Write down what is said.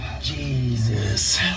Jesus